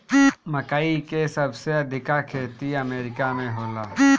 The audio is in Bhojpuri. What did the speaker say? मकई के सबसे अधिका खेती अमेरिका में होला